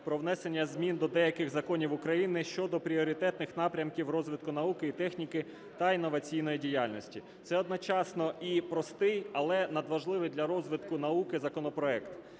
про внесення змін до деяких законів України щодо пріоритетних напрямів розвитку науки і техніки та інноваційної діяльності. Це одночасно і простий, але надважливий для розвитку науки законопроект.